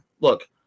look